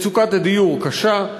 מצוקת הדיור קשה.